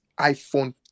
iPhone